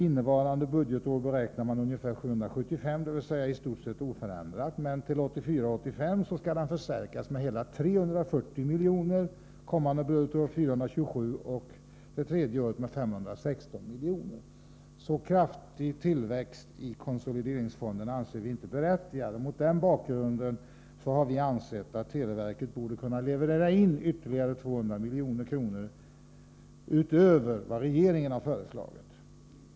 Innevarande budgetår beräknar man att det skall finnas ungefär 775 milj.kr. i den, alltså i stort sett oförändrat. Men till 1984/85 skall den förstärkas med hela 340 milj.kr., kommande budgetår med 427 miljoner och det tredje året med 516 miljoner. Vi anser inte en så kraftig tillväxt av konsolideringsfonden berättigad. Mot den bakgrunden har vi ansett att televerket borde kunna leverera in ytterligare 200 milj.kr., utöver vad regeringen har föreslagit.